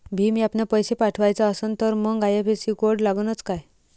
भीम ॲपनं पैसे पाठवायचा असन तर मंग आय.एफ.एस.सी कोड लागनच काय?